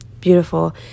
beautiful